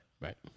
Right